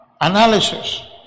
analysis